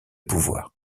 pouvoir